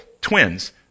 twins